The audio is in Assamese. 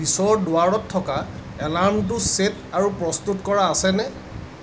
পিছৰ দুৱাৰত থকা এলাৰ্মটো ছেট আৰু প্ৰস্তুত কৰা আছেনে